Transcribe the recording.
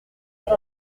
sur